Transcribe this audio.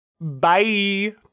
Bye